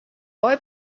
boy